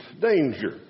danger